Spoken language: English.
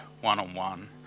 one-on-one